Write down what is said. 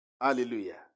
Hallelujah